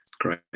great